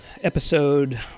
episode